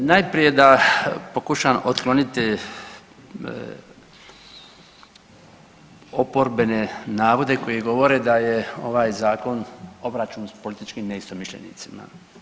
Najprije da pokušam otkloniti oporbene navode koji govore da je ovaj zakon obračun s političkim neistomišljenicima.